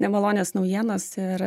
nemalonios naujienos ir